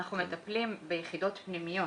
אנחנו מטפלים ביחידות פנימיות.